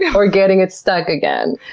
yeah or getting it stuck again.